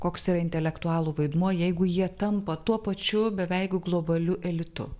koks yra intelektualų vaidmuo jeigu jie tampa tuo pačiu beveik globaliu elitu